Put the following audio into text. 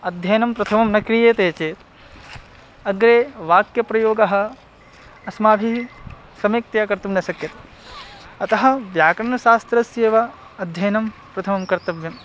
अध्ययनं प्रथमं न क्रियते चेत् अग्रे वाक्यप्रयोगः अस्माभिः सम्यक्तया कर्तुं न शक्यते अतः व्याकरणशास्त्रस्यैव अध्ययनं प्रथमं कर्तव्यं